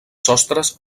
sostres